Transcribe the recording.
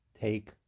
take